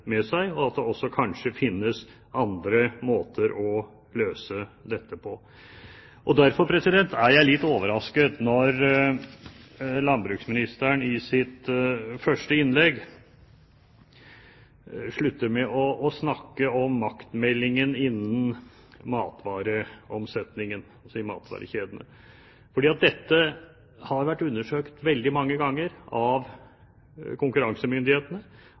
med seg, og om det kanskje også finnes andre måter å løse dette på. Derfor er jeg litt overrasket når landbruksministeren i sitt første innlegg avslutter med å snakke om maktmeldingen innenfor matvareomsetningen, altså i matvarekjedene, fordi dette har vært undersøkt veldig mange ganger av konkurransemyndighetene